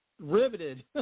riveted